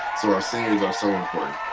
so our seniors are so important.